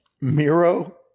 Miro